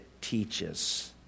teaches